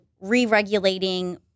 re-regulating